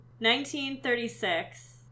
1936